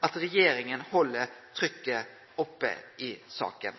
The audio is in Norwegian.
at regjeringa held trykket oppe i saka.